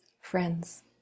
Friends